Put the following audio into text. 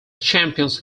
champions